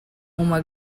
uma